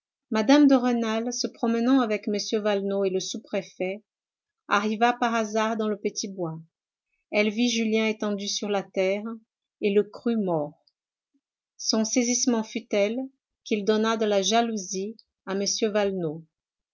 mme de rênal se promenant avec m valenod et le sous-préfet arriva par hasard dans le petit bois elle vit julien étendu sur la terre et le crut mort son saisissement fut tel qu'il donna de la jalousie à